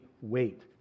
wait